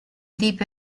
deep